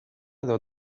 edo